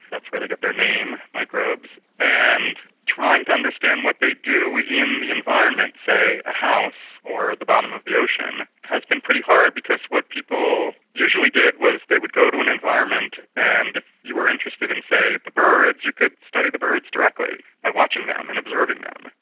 that's where they get their name, microbes, and trying to understand what they do in the environment, say a house or the bottom of the ocean, has been pretty hard because what people usually did was they would go to an environment and if you were interested in, say, the birds, you could study the birds directly by watching them and observing them.